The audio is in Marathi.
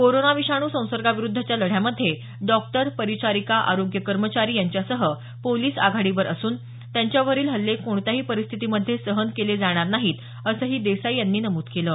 कोरोना विषाणू संसर्गाविरुद्धच्या लढ्यामधे डॉक्टर परिचारिका आरोग्य कर्मचारी यांच्यासह पोलिस आघाडीवर असून त्यांच्यावरील हल्ले कोणत्याही परिस्थितीमधे सहन केलं जाणार नाहीत असंही देसाई यांनी नमूद केलं आहे